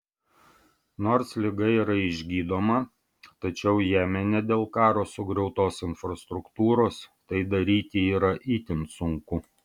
nors liga yra išgydoma tačiau jemene dėl karo sugriautos infrastruktūros tai daryti yra itin sunku